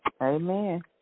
Amen